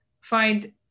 find